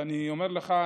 אני אומר לך,